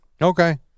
Okay